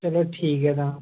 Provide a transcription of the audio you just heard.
ते चलो ठीक ऐ तां